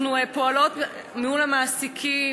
אנחנו פועלות מול המעסיקים,